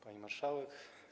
Pani Marszałek!